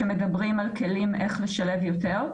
כשמדברים על כלים איך לשלב יותר,